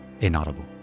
inaudible